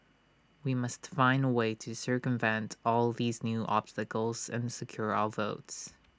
we must find A way to circumvent all these new obstacles and secure our votes